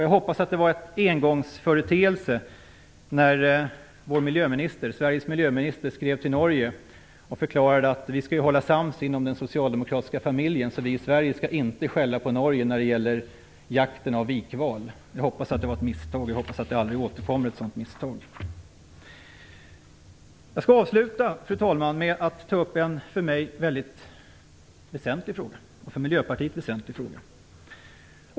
Jag hoppas att det var en engångsföreteelse när Sveriges miljöminister skrev till Norge och förklarade att man skulle hålla sams inom den socialdemokratiska familjen, så vi i Sverige skall inte skälla på Norge när det gäller jakten på vikval. Jag hoppas att det var ett misstag. Jag hoppas att ett sådant misstag aldrig återkommer. Fru talman! Jag skall avsluta med att ta upp en för mig och Miljöpartiet mycket väsentlig fråga.